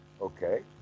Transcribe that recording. Okay